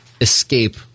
escape